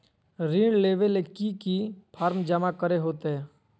ऋण लेबे ले की की फॉर्म जमा करे होते?